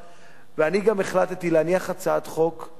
ואני גם החלטתי להניח הצעת חוק שתאסור,